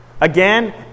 Again